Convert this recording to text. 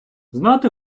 знати